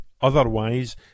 otherwise